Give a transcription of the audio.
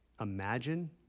imagine